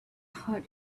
heart